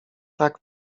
tak